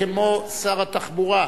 כמו שר התחבורה,